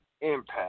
Impact